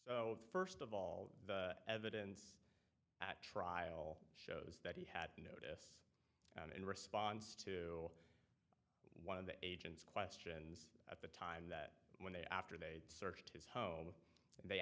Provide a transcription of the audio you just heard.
first of all the evidence at trial shows that he had noted it and in response to one of the agents question at the time that when they after they searched his home they